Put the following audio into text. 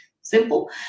Simple